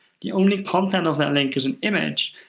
the only content of that link is an image.